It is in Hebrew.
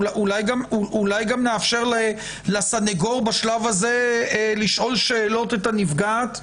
אולי גם נאפשר לסניגור בשלב הזה לשאול את הנפגעת שאלות?